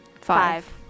Five